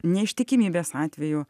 neištikimybės atvejų